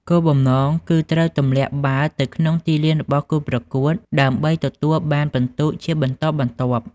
គោលបំណងគឺត្រូវទម្លាក់បាល់ទៅក្នុងទីរបស់គូប្រកួតដើម្បីទទួលបានពិន្ទុជាបន្តបន្ទាប់។